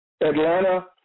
Atlanta